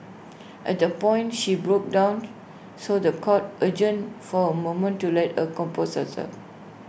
at that point she broke down so The Court adjourned for A moment to let her compose herself